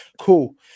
Cool